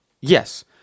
Yes